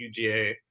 UGA